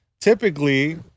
Typically